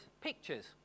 pictures